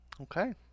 Okay